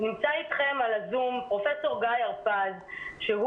נמצא איתכם על הזום פרופ' גיא הרפז שהוא